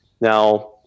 Now